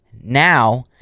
now